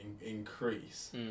increase